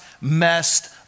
messed